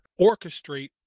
orchestrate